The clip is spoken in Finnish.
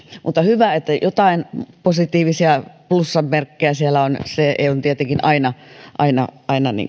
mutta hyvä että joitain positiivisia plussan merkkejä on se on tietenkin aina aina